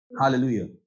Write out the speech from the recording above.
Hallelujah